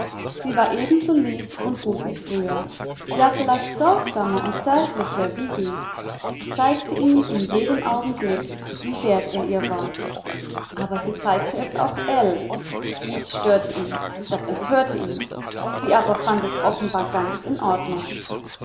sie war ebenso lieb und gut wie früher ja vielleicht sorgsamer und zärtlicher wie je sie zeigte ihm in jedem augenblick wie wert er ihr war aber sie zeigte es auch ell das störte ihn das empörte ihn sie aber fand es offenbar ganz in ordnung